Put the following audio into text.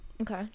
Okay